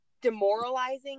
demoralizing